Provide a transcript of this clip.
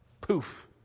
Poof